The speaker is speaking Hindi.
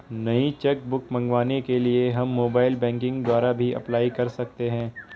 नई चेक बुक मंगवाने के लिए हम मोबाइल बैंकिंग द्वारा भी अप्लाई कर सकते है